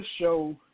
show